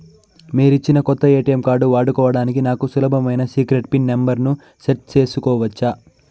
మీరిచ్చిన కొత్త ATM card వాడుకోవడానికి నాకు సులభమైన సీక్రెట్ పిన్ నెంబర్ ను సెట్ సేసుకోవచ్చా?